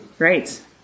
Right